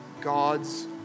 God's